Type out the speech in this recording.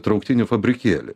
trauktinių fabrikėlį